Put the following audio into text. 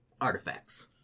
artifacts